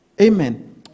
amen